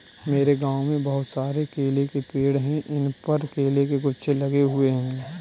मेरे गांव में बहुत सारे केले के पेड़ हैं इन पर केले के गुच्छे लगे हुए हैं